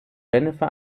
jennifer